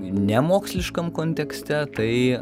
ne moksliškam kontekste tai